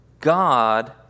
God